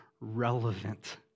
relevant